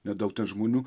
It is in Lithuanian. nedaug ten žmonių